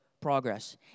progress